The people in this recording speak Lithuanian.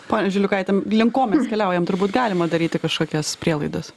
ponia žiliukaite link ko mes keliaujam turbūt galima daryti kažkokias prielaidas